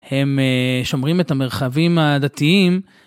הם שומרים את המרחבים הדתיים.